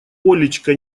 олечка